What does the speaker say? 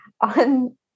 on